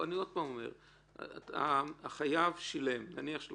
אדוני דיבר קודם על האפשרות שהחייבים או